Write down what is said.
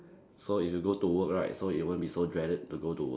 so if you go to work right so you won't be so dreaded to go to work